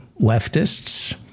leftists